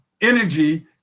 energy